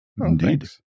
indeed